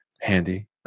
handy